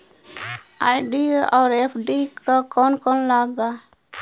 RD और FD क कौन कौन लाभ बा?